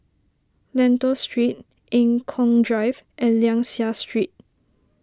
Lentor Street Eng Kong Drive and Liang Seah Street